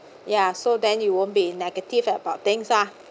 ya so then you won't be negative about things ah